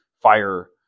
fire